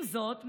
עם זאת,